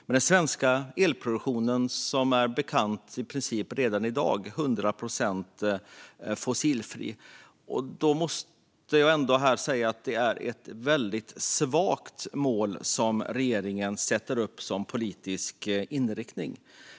Men den svenska elproduktionen är som bekant redan i dag 100 procent fossilfri, och därför måste jag säga att det är ett svagt mål som regeringen sätter upp som politisk inriktning.